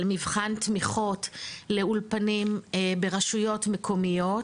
מבחן תמיכות לאולפנים ברשויות מקומיות,